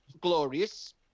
glorious